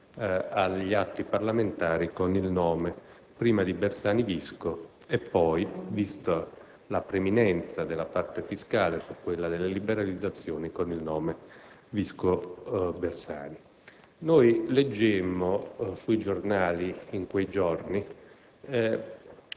agli atti parlamentari con il nome prima di Bersani-Visco e poi, vista la preminenza della parte fiscale su quella dedicata alle liberalizzazioni, con il nome Visco-Bersani. In quei giorni, leggemmo sui giornali che il